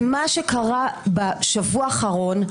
ומה שקרה בשבוע האחרון,